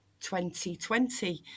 2020